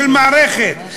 של מערכת,